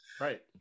Right